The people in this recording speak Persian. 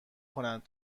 کنند